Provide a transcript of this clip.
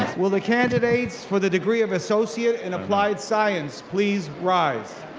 will the candidates for the degree of associate in applied science please rise.